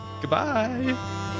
Goodbye